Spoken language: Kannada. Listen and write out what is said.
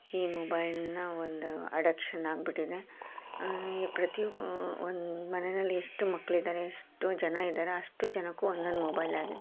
ಈ ಮೊಬೈಲ್ನ ಒಂದು ಅಡಕ್ಷನ್ ಆಗಿಬಿಟ್ಟಿದೆ ಈ ಪ್ರತಿ ಒಂದು ಮನೆಯಲ್ಲಿ ಎಷ್ಟು ಮಕ್ಳಿದ್ದಾರೆ ಎಷ್ಟು ಜನ ಇದ್ದಾರೆ ಅಷ್ಟು ಜನಕ್ಕೂ ಒಂದೊಂದು ಮೊಬೈಲಾಗಿದೆ